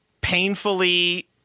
painfully